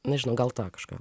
nežinau gal tą kažką